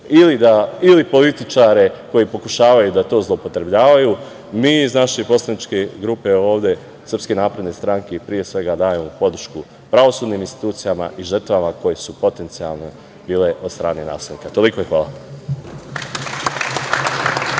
ili političare koji pokušavaju da to zloupotrebljavaju. Mi iz naše poslaničke grupe SNS pre svega dajemo podršku pravosudnim institucijama i žrtvama koje su potencijalne bile od strane nasilnika. Toliko, hvala.